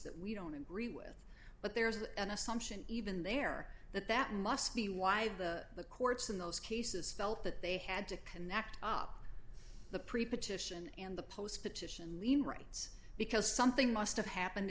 that we don't agree with but there is an assumption even there that that must be why the courts in those cases felt that they had to connect up the pre partition and the post petition lean right because something must have happened